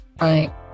right